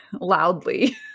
loudly